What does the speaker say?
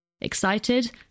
Excited